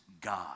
God